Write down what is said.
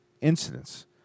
incidents